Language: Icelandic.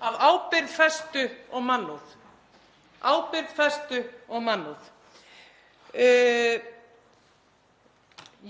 af ábyrgð, festu og mannúð.